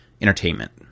entertainment